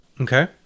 Okay